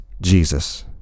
Jesus